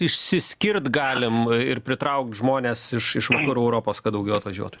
išsiskirt galim ir pritraukt žmones iš iš vakarų europos kad daugiau atvažiuotų